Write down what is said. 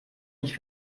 nicht